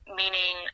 meaning